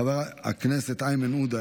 חבר הכנסת איימן עודה,